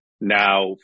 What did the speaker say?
now